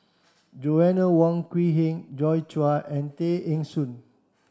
Joanna Wong Quee Heng Joi Chua and Tay Eng Soon